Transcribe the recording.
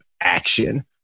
action